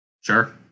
Sure